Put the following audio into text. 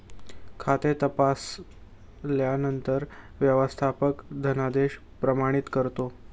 खाते तपासल्यानंतर व्यवस्थापक धनादेश प्रमाणित करतो